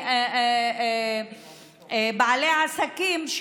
בעלי עסקים,